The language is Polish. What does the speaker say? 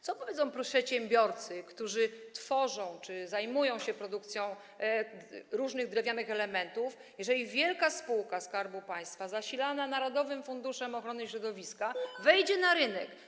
Co powiedzą przedsiębiorcy, którzy zajmują się produkcją różnych drewnianych elementów, jeżeli wielka spółka Skarbu Państwa zasilana przez narodowy fundusz ochrony środowiska wejdzie na rynek?